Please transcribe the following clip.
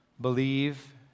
believe